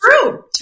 True